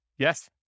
Yes